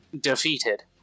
defeated